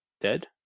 dead